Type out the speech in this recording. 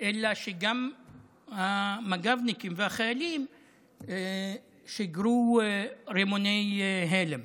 אלא שגם המג"בניקים והחיילים שיגרו רימוני הלם.